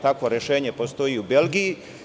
Takvo rešenje postoji u Belgiji.